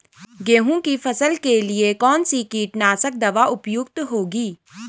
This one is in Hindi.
गेहूँ की फसल के लिए कौन सी कीटनाशक दवा उपयुक्त होगी?